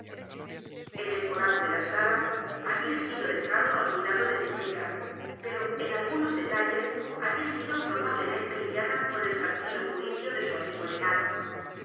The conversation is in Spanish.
el decorado de la sala había sido dejado al cuidado d e tripetta pero en algunos detalles había sido p r o bablemente guiada por el tranquilo juicio de su amigo el enano